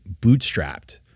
bootstrapped